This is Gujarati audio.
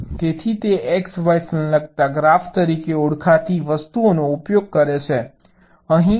તેથી તે x y સંલગ્નતા ગ્રાફ તરીકે ઓળખાતી વસ્તુનો ઉપયોગ કરે છે